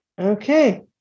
Okay